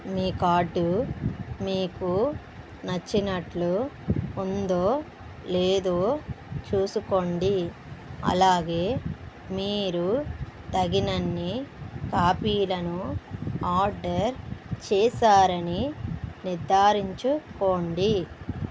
మీ card మీకు నచ్చినట్లు ఉందో లేదో చూసుకోండి అలాగే మీరు తగినన్ని కాపీలను ఆర్డర్ చేశారని నిర్ధారించుకోండి